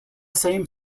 same